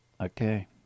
Okay